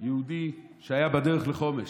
יהודי שהיה בדרך לחומש.